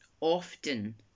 often